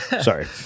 Sorry